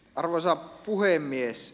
arvoisa puhemies